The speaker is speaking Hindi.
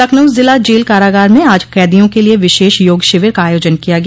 लखनऊ जिला जेल कारागार में आज कैदियों के लिए विशेष योग शिविर का आयोजन किया गया